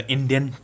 Indian